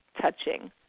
touching